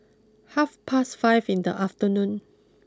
half past five in the afternoon